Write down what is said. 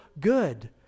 good